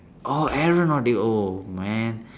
orh aeronautic oh man